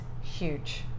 huge